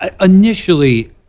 Initially